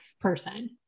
person